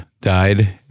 died